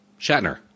Shatner